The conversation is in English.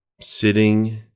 sitting